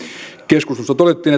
keskustelussa todettiin